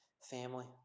family